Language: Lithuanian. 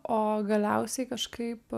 o galiausiai kažkaip